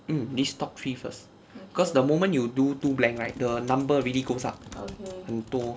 mm this top three first cause the moment you do two blank right the number really goes up 很多